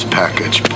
package